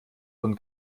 von